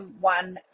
one